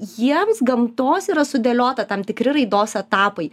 jiems gamtos yra sudėliota tam tikri raidos etapai